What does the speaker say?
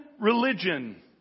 religion